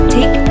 Take